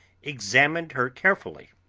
examined her carefully.